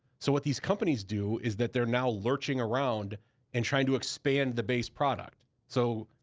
so what these companies do is that they're now lurching around and trying to expand the base product. so,